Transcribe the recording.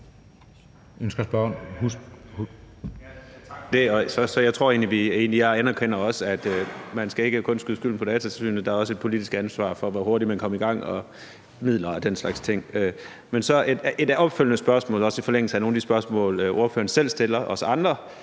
Jeg anerkender også, at man ikke kun skal skyde skylden på Datatilsynet; der er også et politisk ansvar for, hvor hurtigt man kom i gang, og midler og den slags ting. Jeg har så et opfølgende spørgsmål i forlængelse af nogle af de spørgsmål, ordføreren selv stillede os andre: